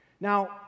Now